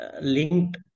linked